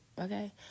okay